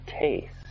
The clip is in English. taste